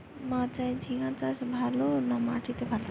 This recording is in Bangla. মাচায় ঝিঙ্গা চাষ ভালো না মাটিতে ভালো?